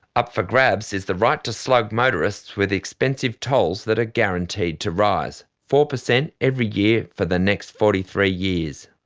up for grabs is the right to slug motorists with expensive tolls that are guaranteed to rise four percent every year for the next forty three years.